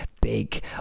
big